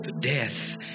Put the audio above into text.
death